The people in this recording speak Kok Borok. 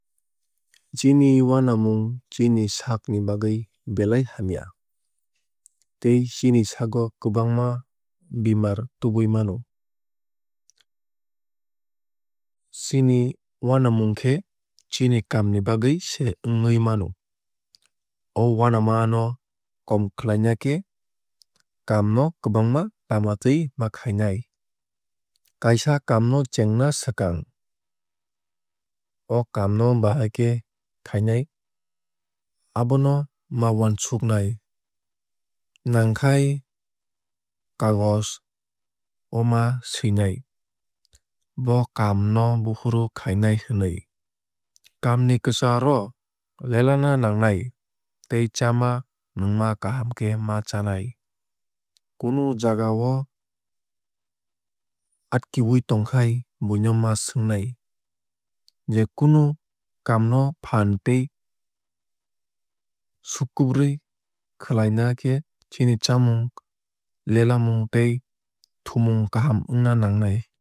Chini uanamung chini saak ni bagwui belai hamya tei chini sago kwbangma bemar tubui mano. Chini uanamung khe chini kaam ni bagwui se wngwui mano. O uanama no kom khlaina khe kaam no kwbangma lamatwui ma khainai. Kaisa kaam no chengna swkang o kaam no bahaikhe khainai abono ma uansuknai. Nangkhai kagoj o ma suinai bo kaam no bufuru khainai hinui. Kaam ni kwchar o lelena nangnai tei chama nwnngma kaham khe ma chanai. Kunu jaga o atkiwui tongkhai buino ma swngnai. Je kunu kaam no phaan tei skubrui khlaina khe chini chamung lelemung tei thumung kaham wngna nangnai.